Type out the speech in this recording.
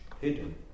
hidden